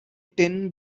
tin